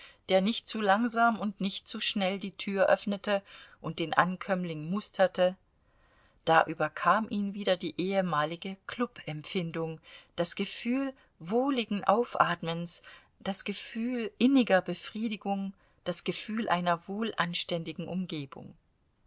der nicht zu langsam und nicht zu schnell die tür öffnete und den ankömmling musterte da überkam ihn wieder die ehemalige klubempfindung das gefühl wohligen aufatmens das gefühl inniger befriedigung das gefühl einer wohlanständigen umgebung